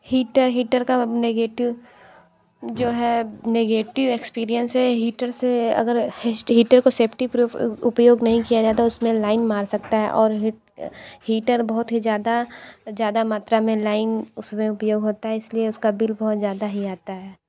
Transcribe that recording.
heater heater का negative जो है नेगेटिव एक्सपीरियंस है हीटर से अगर हेस्ट हीटर को सेफ्टी प्रूफ उपयोग नहीं किया जाता उसमें लाइन मार सकता है और हीटर बहुत ही ज़्यादा ज़्यादा मात्रा में लाइन उस में उपयोग होता है इस लिए उसका बिल बहुत ज़्यादा ही आता है